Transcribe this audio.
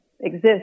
exist